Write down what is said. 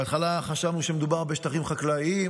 בהתחלה חשבנו שמדובר בשטחים חקלאיים,